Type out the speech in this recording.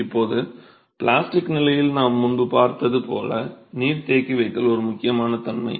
இப்போது பிளாஸ்டிக் நிலையில் நாம் முன்பு பார்த்தது போல் நீர் தேக்கிவைத்தல் ஒரு முக்கியமான தன்மை